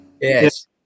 Yes